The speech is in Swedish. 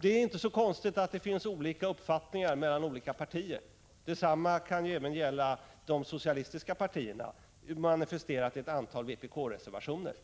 Det är inte så konstigt att det finns olika uppfattningar mellan olika partier. Detsamma kan även gälla de socialistiska partierna, manifesterat i ett antal vpk-reservationer.